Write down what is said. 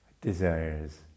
desires